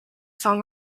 song